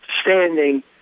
standing